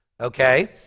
okay